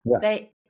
they-